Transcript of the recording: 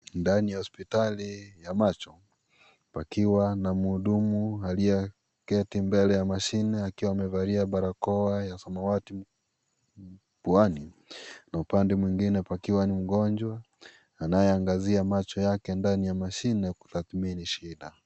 Ndani ya hospitali ya macho pakiwa na mhudumu aliyeketi mbele ya mashine akiwa amevalia barakoa ya samawati puani na upande mwingine pakiwa ni mgonjwa anayeangazia macho yake ndani ya mashine kutathmini shida.